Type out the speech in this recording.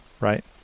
Right